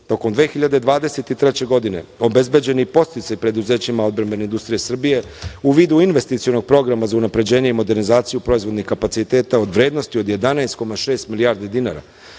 2023. godine obezbeđen je podsticaj preduzećima odbrambene industrije Srbije u vidu investicionog programa za unapređenje i modernizaciju proizvodnih kapaciteta u vrednosti od 11,6 milijardi dinara,